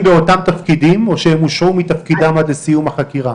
באותם תפקידים או שהם הושעו מתפקידם עד לסיום החקירה?